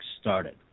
started